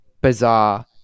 bizarre